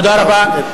תודה רבה.